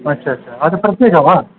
ಅಚ್ಚ ಅಚ್ಚ ಅದು ಪ್ರತ್ಯೇಕನಾ